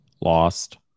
Lost